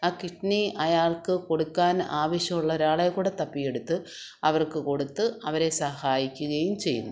ആ കിഡ്നി അയാൾക്ക് കൊടുക്കാൻ ആവശ്യമുള്ള ഒരാളെ കൂടെ തപ്പിയെടുത്ത് അവർക്ക് കൊടുത്ത് അവരെ സഹായിക്കുകയും ചെയ്യുന്നു